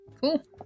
Cool